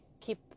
keep